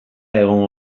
egongo